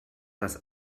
das